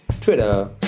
Twitter